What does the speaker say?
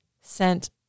sent